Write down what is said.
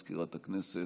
בבקשה.